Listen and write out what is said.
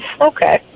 Okay